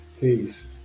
peace